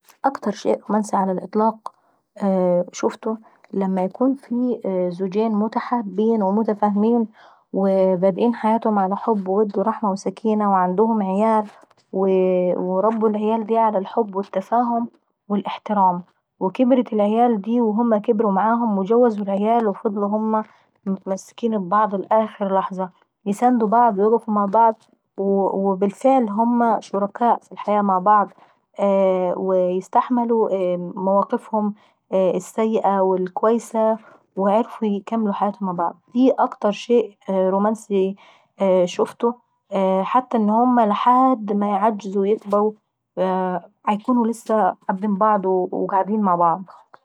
اكتر شيء رومانسي على الإطلاق شوفته لما يكون في زوجين متحابين ومتفاهمين وبادئين حياتهم على حب ورحمة وسكينة، ومعاهم عيال ويروبا العيال دي على الحب والتفاهم والاحترام. وكبرت العيال دي وهما كبروا معاهم وجوزا العيال دي وهما متمسكين اببعض لآخر لحظة. وبيساندوا بعض وبيوقفوا مع بعض وبالفعل هما شركاء في الحياة مع بعض. ويستحملوا مع بعض مواقفهم السيئة والكويسة وعرفوا يكملوا حياتهم معض. دي اكتر شيء رومنسي شوفته حتى لحد ما هما يكبروا ويعجزوا هيكونوا لسة حابين بعض.